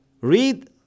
Read